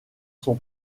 son